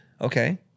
Okay